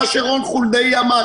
מה שרון חולדאי אמר,